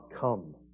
come